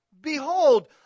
Behold